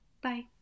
Bye